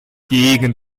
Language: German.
gegen